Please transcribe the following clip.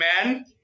amen